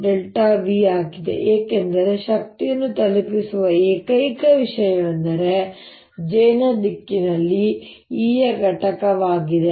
j ಆಗಿದೆ ಏಕೆಂದರೆ ಶಕ್ತಿಯನ್ನು ತಲುಪಿಸುವ ಏಕೈಕ ವಿಷಯವೆಂದರೆ J ನ ದಿಕ್ಕಿನಲ್ಲಿ E ಯ ಘಟಕವಾಗಿದೆ